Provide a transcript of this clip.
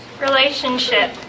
Relationship